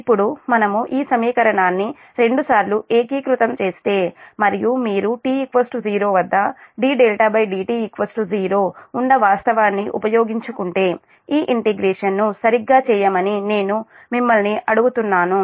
ఇప్పుడు మనముఈ సమీకరణాన్ని రెండుసార్లు ఏకీకృతం చేస్తే మరియు మీరు t 0 వద్ద dδdt 0 ఉన్న వాస్తవాన్ని ఉపయోగించుకుంటే ఈ ఇంటిగ్రేషన్ ను సరిగ్గా చేయమని నేను మిమ్మల్ని అడుగుతున్నాను